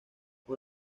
con